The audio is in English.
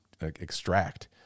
extract